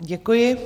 Děkuji.